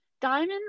Diamond